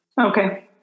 okay